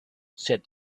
said